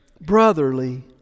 brotherly